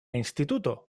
instituto